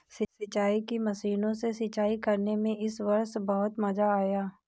सिंचाई की मशीनों से सिंचाई करने में इस वर्ष बहुत मजा आया